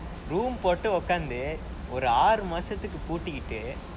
room போட்டு உட்கார்ந்து ஒரு ஆறு மாசத்துக்கு பூட்டிக்கிட்டு:pottu utkaarnthu oru aaru maasathukku pootittu